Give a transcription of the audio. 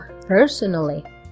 personally